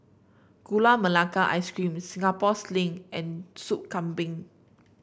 Gula Melaka Ice Cream Singapore Sling and Soup Kambing